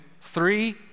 three